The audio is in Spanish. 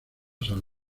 san